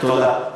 תודה.